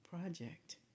project